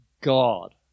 God